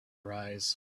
arise